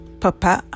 papa